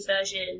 version